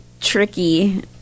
tricky